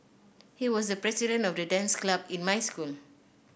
he was the president of the dance club in my school